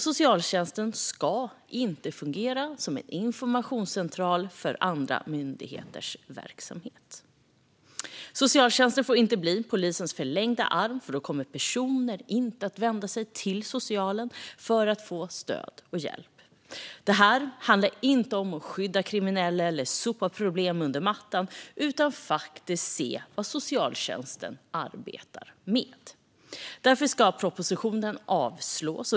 Socialtjänsten ska inte fungera som en informationscentral för andra myndigheters verksamheter. Socialtjänsten får inte bli polisens förlängda arm. Då kommer personer inte att vända sig till socialen för att få stöd och hjälp. Det handlar inte om att skydda kriminella eller om att sopa problem under mattan utan om att se vad socialtjänsten faktiskt arbetar med. Därför ska propositionen avslås.